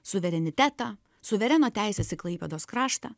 suverenitetą suvereno teises į klaipėdos kraštą